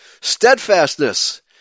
steadfastness